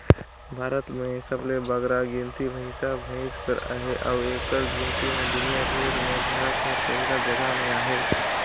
भारत में सबले बगरा गिनती भंइसा भंइस कर अहे अउ एकर गिनती में दुनियां भेर में भारत हर पहिल जगहा में अहे